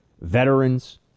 veterans